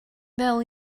ddel